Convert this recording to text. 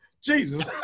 Jesus